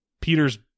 Peter's